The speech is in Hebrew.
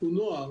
הוא נוער